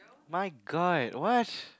my god what